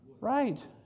Right